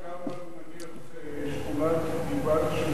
זה חל נניח גם על שכונת חומת-שמואל?